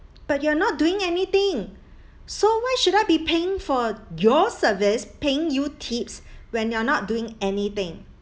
but you're not doing anything so why should I be paying for your service paying you tips when you're not doing anything